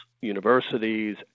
universities